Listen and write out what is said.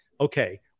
okay